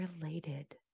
related